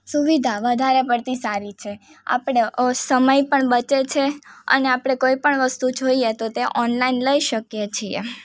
સુવિધા વધારે પડતી સારી છે આપણો ઓ સમય પણ બચે છે અને આપળે કોઈપણ વસ્તુ જોઈએ તો તે ઓનલાઈન લઈ શકીએ છીએ